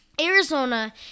Arizona